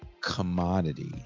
commodity